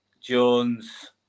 Jones